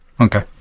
Okay